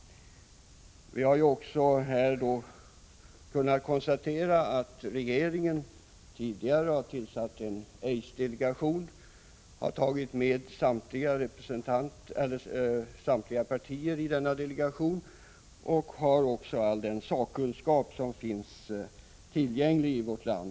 Regeringen har ju tidigare tillsatt en aidsdelegation med representanter för samtliga partier och företrädare för all den sakkunskap som finns tillgänglig i vårt land.